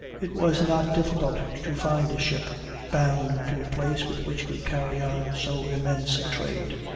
it was not difficult to find a ship bound to a place with which we carry on so immense a trade.